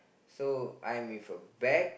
so I'm with a bag